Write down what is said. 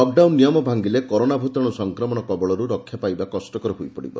lockdown ନିୟମ ଭାଙ୍ଗିଲେ corona ଭ୍ତାଶୁ ସଂକ୍ରମଣ କବଳରୁ ରକ୍ଷାପାଇବା କଷ୍ଟକର ହୋଇପଡିବ